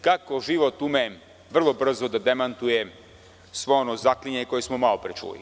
Kako život ume vrlo brzo da demantuje svo ono zaklinjanje koje smo malopre čuli.